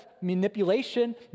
manipulation